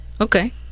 Okay